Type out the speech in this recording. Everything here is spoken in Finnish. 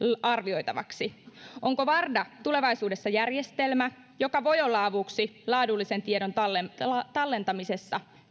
arvioitavaksi onko varda tulevaisuudessa järjestelmä joka voi myös osaltaan olla avuksi laadullisen tiedon tallentamisessa tallentamisessa